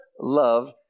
love